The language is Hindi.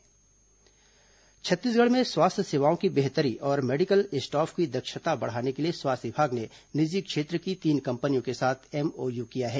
स्वास्थ्य एमओयू छत्तीसगढ़ में स्वास्थ्य सेवाओं की बेहतरी और मेडिकल स्टॉफ की दक्षता बढ़ाने के लिए स्वास्थ्य विभाग ने निजी क्षेत्र की तीन कंपनियों के साथ एमओयू किया है